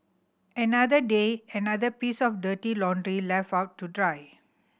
another day another piece of dirty laundry left out to dry